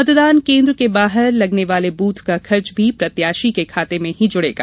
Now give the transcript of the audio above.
मतदान केंद्र के बाहर लगने वाले बूथ का खर्च भी प्रत्याशी के खाते में जुड़ेगा